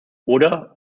oder